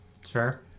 Sure